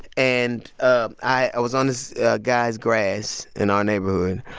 and ah i was on this guy's grass in our neighborhood.